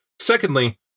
Secondly